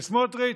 וסמוטריץ',